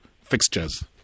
fixtures